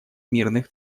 мирных